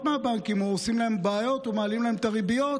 מהבנקים או עושים להם בעיות או מעלים להם את הריביות.